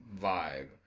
vibe